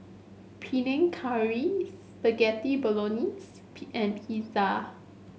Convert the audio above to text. Panang Curry Spaghetti Bolognese P and Pizza